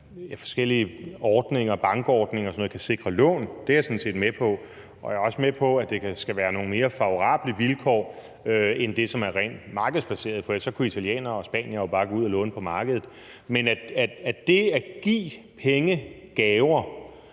europæiske ordninger, bankordninger og sådan noget, kan sikre lån – det er jeg sådan set med på. Og jeg er også med på, at det skal være på nogle mere favorable vilkår end dem, som er rent markedsbaseret, for ellers kunne italienere og spaniere bare gå ud at låne på markedet. Men at det at give pengegaver,